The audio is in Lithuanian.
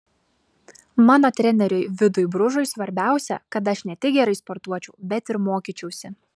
mano treneriui vidui bružui svarbiausia kad aš ne tik gerai sportuočiau bet ir mokyčiausi